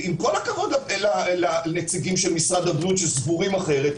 עם כל הכבוד לנציגי משרד הבריאות שסבורים אחרים.